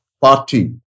party